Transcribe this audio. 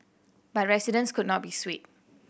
but residents could not be swayed